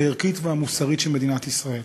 הערכית והמוסרית של מדינת ישראל.